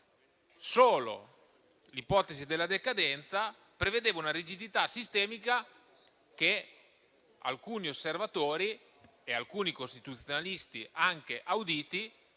solo l'ipotesi della decadenza, delineava una rigidità sistemica che alcuni osservatori e alcuni costituzionalisti, anche auditi,